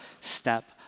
step